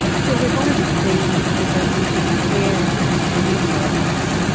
so we've already seen the development of care and companion robots.